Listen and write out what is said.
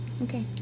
okay